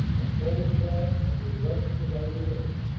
a cold blast from the direc tion of amiens.